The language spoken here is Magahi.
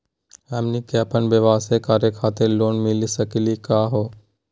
हमनी क अपन व्यवसाय करै खातिर लोन मिली सकली का हो?